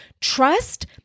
Trust